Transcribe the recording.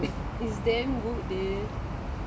you should try the strawberry yoghurt one